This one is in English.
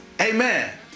Amen